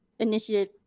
initiative